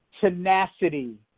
tenacity